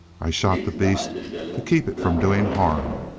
i shot the beast to keep it from doing harm.